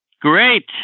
Great